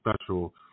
special